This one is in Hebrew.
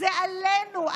זה עלינו,